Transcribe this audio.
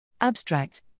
Abstract